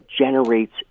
generates